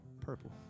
purple